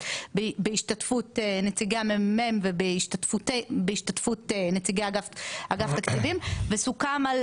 בהשתתפות נציגי המ.מ.מ ונציגי אגף תקציבים וסוכם על